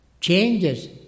changes